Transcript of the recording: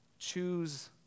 Choose